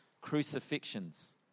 crucifixions